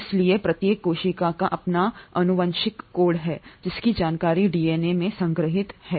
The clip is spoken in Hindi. इसलिए प्रत्येक कोशिका का अपना आनुवंशिक कोड है इसकी जानकारी डीएनए में संग्रहीत है